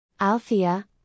Althea